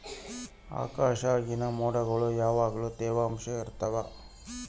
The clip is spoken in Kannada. ಆಕಾಶ್ದಾಗಿನ ಮೊಡ್ಗುಳು ಯಾವಗ್ಲು ತ್ಯವಾಂಶ ಇರ್ತವ